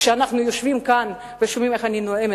כשאנחנו יושבים כאן ושומעים איך אני נואמת.